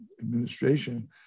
administration